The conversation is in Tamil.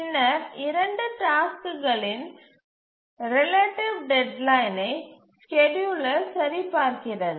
பின்னர் 2 டாஸ்க்குகளின் ரிலெட்டிவ் டெட்லைனை ஸ்கேட்யூலர் சரிபார்க்கிறது